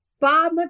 Bob